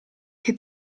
che